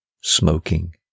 smoking